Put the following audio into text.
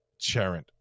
Charent